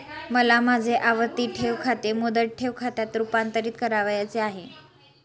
मला माझे आवर्ती ठेव खाते मुदत ठेव खात्यात रुपांतरीत करावयाचे आहे